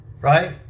Right